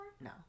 No